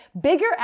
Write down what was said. bigger